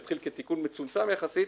שהתחיל כתיקון מצומצם יחסית,